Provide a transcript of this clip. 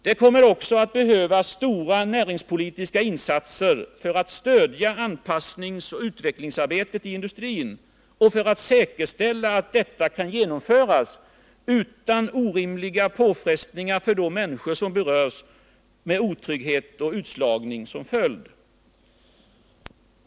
Det kommer också att behövas stora näringspolitiska insatser för att stödja anpassningsoch utvecklingsarbetet i industrin och för att säkerställa att detta kan genomföras utan orimliga påfrestningar för de människor som berörs och med otrygghet och utslagning som följd.